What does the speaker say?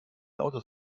autos